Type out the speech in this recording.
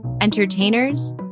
entertainers